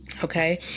Okay